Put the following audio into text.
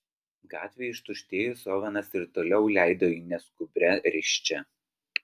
gatvei ištuštėjus ovenas ir toliau leido jį neskubria risčia